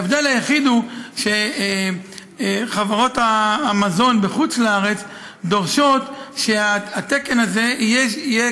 ההבדל היחיד הוא שחברות המזון בחוץ לארץ דורשות שהתקן הזה יהיה